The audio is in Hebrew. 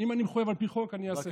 אם אני מחויב על פי חוק, אני אעשה.